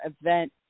event